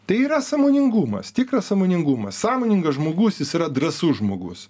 tai yra sąmoningumas tikras sąmoningumas sąmoningas žmogus jis yra drąsus žmogus